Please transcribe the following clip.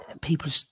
people